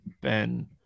Ben